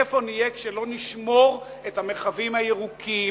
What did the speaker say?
איפה נהיה כשלא נשמור את המרחבים הירוקים,